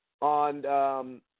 on